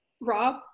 Rob